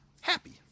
happy